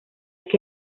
que